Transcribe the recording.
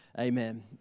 Amen